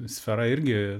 sfera irgi